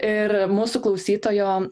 ir mūsų klausytojo